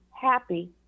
happy